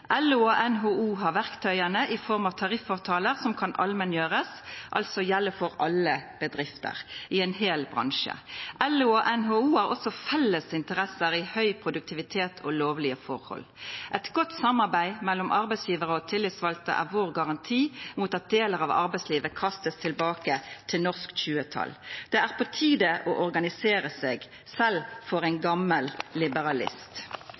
LO og NHO har verktøyene, i form av tariffavtaler som kan allmenngjøres, altså gjelde for alle bedrifter i en hel bransje. LO og NHO har også felles interesser i høy produktivitet og lovlige forhold. Et godt samarbeid mellom arbeidsgivere og tillitsvalgte er vår garanti mot at deler av arbeidslivet kastes tilbake til norsk 20-tall. Det er på tide å organisere seg, selv for en gammel liberalist.»